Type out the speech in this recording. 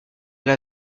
elle